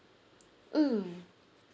mm